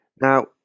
Now